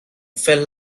fell